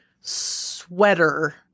sweater